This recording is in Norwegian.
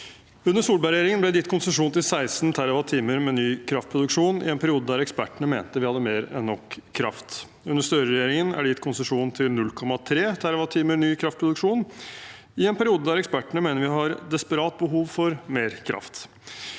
Under Solberg-regjeringen ble det gitt konsesjon til 16 TWh med ny kraftproduksjon – i en periode der ekspertene mente vi had de mer enn nok kraft. Under Støre-regjeringen er det gitt konsesjon til 0,3 TWh med ny kraftproduksjon – i en periode der ekspertene mener vi har et desperat behov for mer kraft.